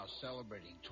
celebrating